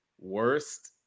worst